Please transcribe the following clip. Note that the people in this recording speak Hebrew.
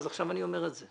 אז עכשיו אני אומר את זה.